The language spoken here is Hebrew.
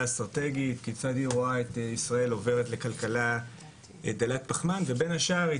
האסטרטגית כיצד היא רואה את ישראל עוברת לכלכלה דלת פחמן ובין השאר היא